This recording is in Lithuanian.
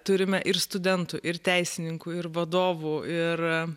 turime ir studentų ir teisininkų ir vadovų ir